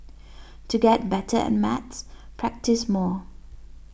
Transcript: to get better at maths practise more